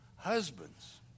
Husbands